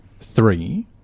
Three